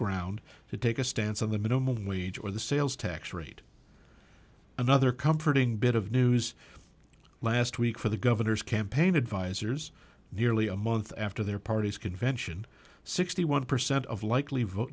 ground to take a stance on the minimum wage or the sales tax rate another comforting bit of news last week for the governor's campaign advisers nearly a month after their party's convention sixty one percent of likely vote